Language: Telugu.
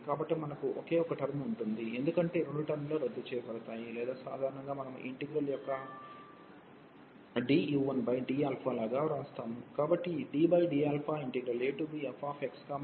కాబట్టి మనకు ఒకే టర్మ్ ఉంటుంది ఎందుకంటే ఈ రెండు టర్మ్ లు రద్దు చేయబడతాయి లేదా సాధారణంగా మనము ఈ ఇంటిగ్రల్ యొక్క du1dαలాగా వ్రాస్తాము